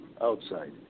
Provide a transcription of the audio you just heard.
outside